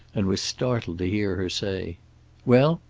and was startled to hear her say well?